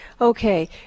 Okay